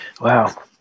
Wow